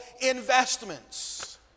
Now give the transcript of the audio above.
investments